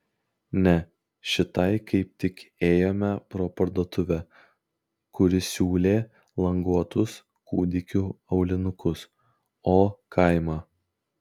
ne šitai kaip tik ėjome pro parduotuvę kuri siūlė languotus kūdikių aulinukus o kaimą